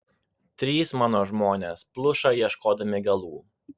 trys mano žmonės pluša ieškodami galų